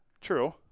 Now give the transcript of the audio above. True